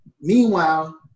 meanwhile